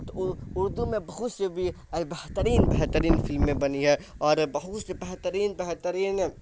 تو ار اردو میں بہت سے بھی اور بہترین بہترین فلمیں بنی ہیں اور بہت سے بہترین بہترین